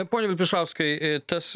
pone vilpišauskai